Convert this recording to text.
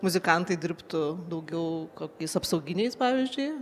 muzikantai dirbtų daugiau kokiais apsauginiais pavyzdžiui